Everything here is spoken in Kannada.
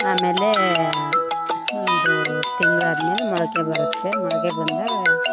ಆಮೇಲೆ ತಿಂಗ್ಳು ಆದಮೇಲೆ ಮೊಳಕೆ ಬರುತ್ತೆ ಮೊಳಕೆ ಬಂದಾಗ